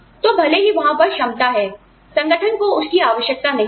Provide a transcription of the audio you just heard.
तो भले ही वहां पर क्षमता है संगठन को उसकी आवश्यकता नहीं है